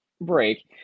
break